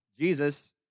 Jesus